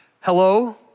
Hello